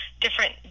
different